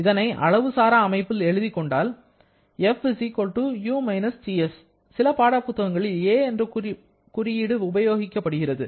இதனை அளவு சாரா அமைப்பில் எழுதிக் கொண்டால் f u − Ts சில பாடப்புத்தகங்களில் 'a' என்ற குறியீடு உபயோகிக்கப்படுகிறது